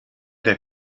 der